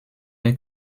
est